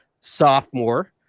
sophomore